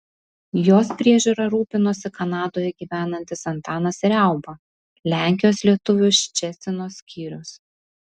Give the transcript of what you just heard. jos priežiūra rūpinosi kanadoje gyvenantis antanas riauba lenkijos lietuvių ščecino skyrius